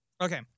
Okay